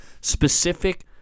specific